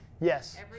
yes